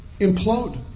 implode